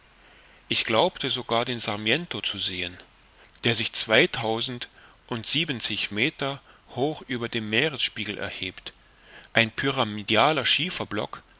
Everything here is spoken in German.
ich glaubte sogar den sarmiento zu sehen der sich zweitausendundsiebenzig meter hoch über dem meeresspiegel erhebt ein